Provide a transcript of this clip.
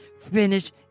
finish